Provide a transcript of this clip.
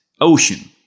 ocean